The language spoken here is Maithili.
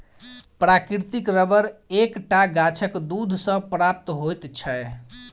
प्राकृतिक रबर एक टा गाछक दूध सॅ प्राप्त होइत छै